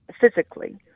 physically